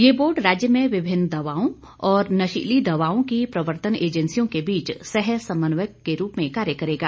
यह बोर्ड राज्य में विभिन्न दवाओं और नशीली दवाओं की प्रवर्तन एजेंसियों के बीच सह समन्वयक के रूप में कार्य करेगा